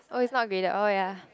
oh it's not graded oh ya